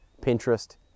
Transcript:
Pinterest